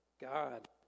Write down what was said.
God